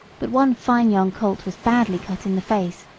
but one fine young colt was badly cut in the face,